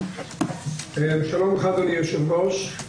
שלום לך, אדוני היושב-ראש.